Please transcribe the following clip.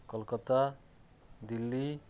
Calcutta Delhi